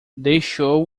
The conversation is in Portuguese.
deixou